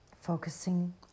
focusing